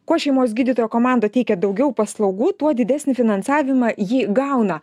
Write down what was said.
kuo šeimos gydytojo komanda teikia daugiau paslaugų tuo didesnį finansavimą ji gauna